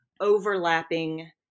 overlapping